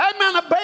Amen